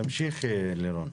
תמשיכי לירון.